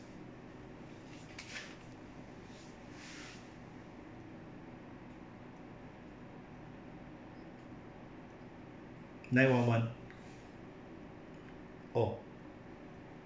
nine one one oh